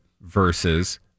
versus